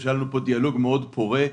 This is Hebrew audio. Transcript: היה לנו פה דיאלוג פורה מאוד.